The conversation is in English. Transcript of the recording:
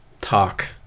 talk